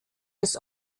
des